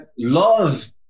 love